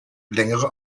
längere